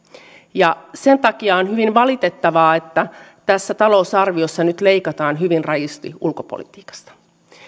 ja sen takia on hyvin valitettavaa että tässä talousarviossa nyt leikataan hyvin rajusti ulkopolitiikasta